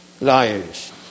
liars